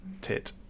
tit